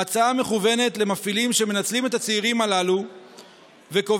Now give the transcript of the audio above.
ההצעה מכוונת למפעילים שמנצלים את הצעירים הללו וקובעת